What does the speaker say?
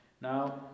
Now